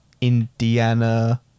Indiana